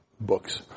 Books